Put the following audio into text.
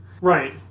Right